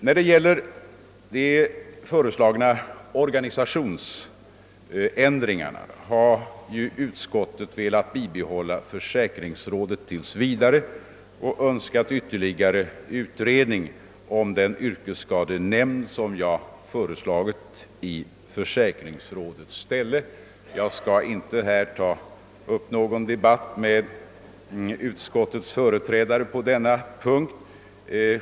När det gäller de föreslagna organisationsändringarna har utskottet velat bibehålla försäkringsrådet tills vidare och önskat ytterligare utredning om den yrkesskadenämnd som jag föreslagit i försäkringsrådets ställe. Jag skall här inte ta upp någon debatt med utskottets företrädare på denna punkt.